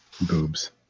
boobs